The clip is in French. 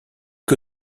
que